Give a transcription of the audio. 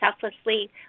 selflessly